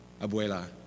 abuela